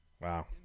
Wow